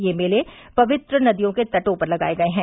ये मेले पवित्र नदियों के तटो पर लगाए गये हैं